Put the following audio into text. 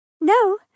No